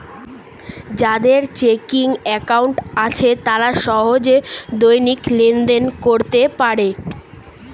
যাদের checking account আছে তারা সহজে দৈনিক লেনদেন করতে পারে